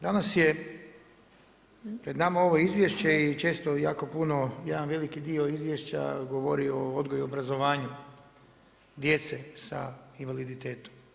Danas je pred nama ovo izvješće i često jako puno jedan veliki dio izvješća govori o odgoju i obrazovanju djece sa invaliditetom.